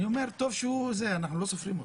אני אומר טוב שהוא התנגד, אנחנו לא סופרים אותו.